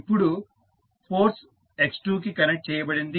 ఇప్పుడు force x1 కి connect చేయబడింది